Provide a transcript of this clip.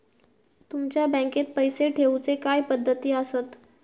तुमच्या बँकेत पैसे ठेऊचे काय पद्धती आसत?